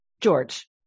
George